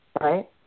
Right